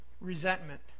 resentment